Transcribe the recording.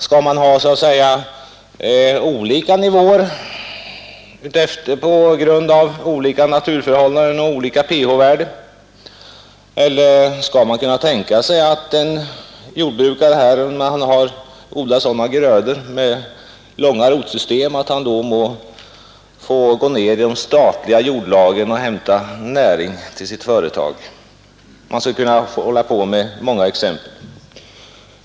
Skall man ha olika nivåer på grund av olika naturförhållanden och olika pH-värden? Eller skall man kunna tänka sig att en jordbrukare, som har odlat sådana grödor med långa rotsystem, må få gå ned i de statliga jordlagren och hämta näring till sitt företag? Jag skulle kunna anföra många exempel.